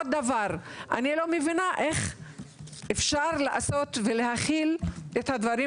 דבר נוסף, אני לא מבינה איך אפשר להחיל את הדברים